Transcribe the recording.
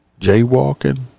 jaywalking